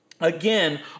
again